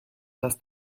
das